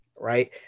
right